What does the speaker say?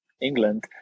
England